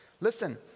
Listen